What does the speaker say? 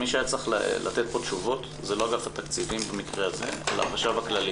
מי שהיה צריך לתת פה תשובות זה לא אגף תקציבים במקרה הזה אלא החשב הכללי